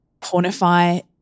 pornify